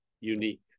unique